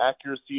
accuracy